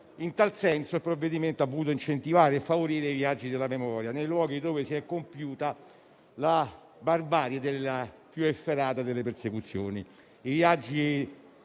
In tal senso il provvedimento ha voluto incentivare e favorire i viaggi della memoria nei luoghi dove si è compiuta la barbarie più efferata delle persecuzioni. I viaggi